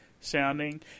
sounding